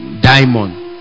diamond